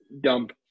dump